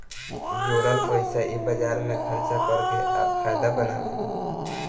जोरल पइसा इ बाजार मे खर्चा कर के आ फायदा बनावेले